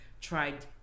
tried